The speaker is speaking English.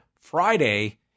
Friday